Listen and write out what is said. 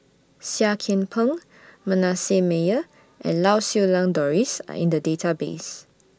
Seah Kian Peng Manasseh Meyer and Lau Siew Lang Doris Are in The Database